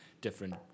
different